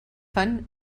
fan